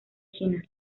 china